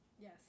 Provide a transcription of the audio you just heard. Yes